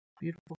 Beautiful